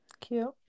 cute